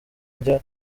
njya